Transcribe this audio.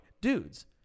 dudes